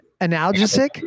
analgesic